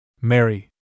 Mary